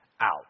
out